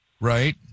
Right